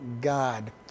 God